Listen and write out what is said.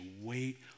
wait